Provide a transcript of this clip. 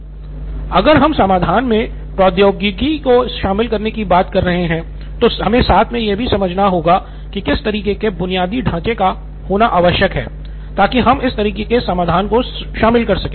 सिद्धार्थ मटूरी अगर हम समाधान में प्रौद्योगिकी को शामिल करने की बात कर रहे हैं तो हमें साथ मे यह भी समझना होगा कि किस तरह के बुनियादी ढांचे का होना आवश्यक है ताकि हम इस तरह के समाधान को शामिल कर सके